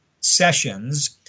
sessions